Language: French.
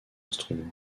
instrument